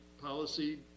policy